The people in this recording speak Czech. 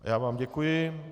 Já vám děkuji.